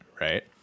right